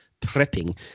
prepping